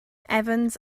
evans